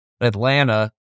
Atlanta